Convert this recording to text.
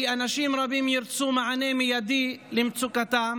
כי אנשים רבים ירצו מענה מיידי למצוקתם,